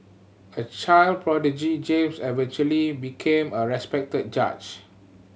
a child prodigy James eventually became a respected judge